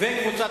וקבוצת